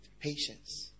patience